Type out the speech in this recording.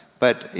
but,